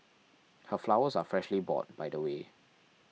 her flowers are freshly bought by the way